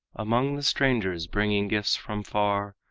among the strangers bringing gifts from far,